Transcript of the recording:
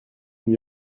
n’y